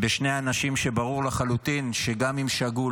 בשני אנשים שברור לחלוטין שגם אם שגו,